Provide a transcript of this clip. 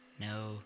No